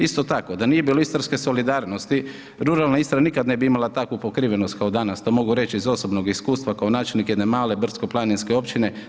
Isto tako da nije bilo istarske solidarnosti ruralna Istra nikada ne bi imala takvu pokrivenost kao danas to mogu reći iz osobnog iskustva kao načelnik jedne male brdsko-planinske općine.